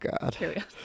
God